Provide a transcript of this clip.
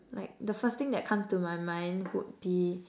like the first thing that comes to my mind would be